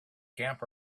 camp